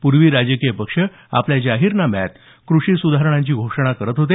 पूर्वी राजकीय पक्ष आपल्या जाहीरनाम्यात कृषी सुधारणांची घोषणा करत होते